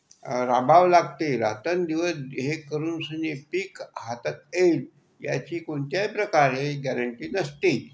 राबावं लागते रात्रंदिवस हे करुनशानी पीक हातात येईल याची कोणत्याही प्रकारे गॅरंटी नसते